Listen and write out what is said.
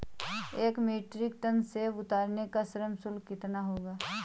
एक metric ton सेव उतारने का श्रम शुल्क कितना होगा?